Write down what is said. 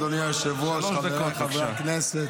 אדוני היושב-ראש, חבריי חברי הכנסת,